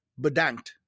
bedankt